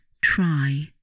try